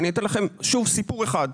אני אתן לך עוד סיפור אחד,